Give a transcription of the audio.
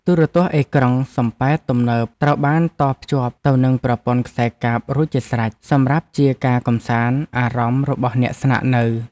ទូរទស្សន៍អេក្រង់សំប៉ែតទំនើបត្រូវបានតភ្ជាប់ទៅនឹងប្រព័ន្ធខ្សែកាបរួចជាស្រេចសម្រាប់ជាការកម្សាន្តអារម្មណ៍របស់អ្នកស្នាក់នៅ។